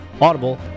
Audible